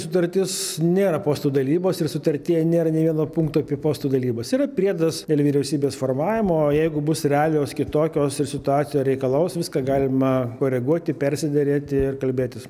sutartis nėra postų dalybos ir sutartyje nėra nei vieno punkto apie postų dalybos yra priedas dėl vyriausybės formavimo o jeigu bus realijos kitokios ir situacija reikalaus viską galima koreguoti persiderėti ir kalbėtis